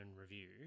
review